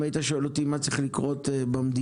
אם אתה שואל אותי מה צריך לקרות במדינה,